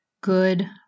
good